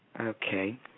Okay